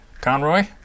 Conroy